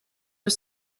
are